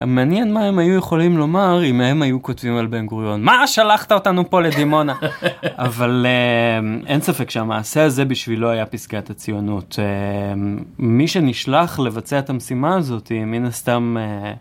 מעניין מה הם היו יכולים לומר אם הם היו כותבים על בן גוריון, מה שלחת אותנו פה לדימונה. אבל אין ספק שהמעשה הזה בשבילו היה פסגת הציונות. מי שנשלח לבצע את המשימה הזאתי מן הסתם...